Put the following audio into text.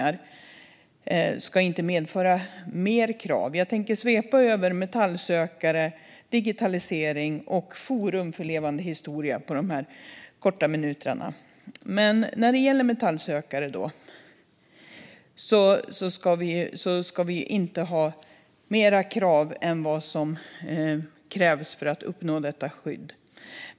Herr talman! Det svenska kulturarvet är en angelägenhet för oss alla. Skydd av kulturarv, inklusive fornlämningar, ska inte medföra mer krav. När det gäller metallsökare ska vi inte ha mer krav än vad som krävs för att uppnå detta skydd.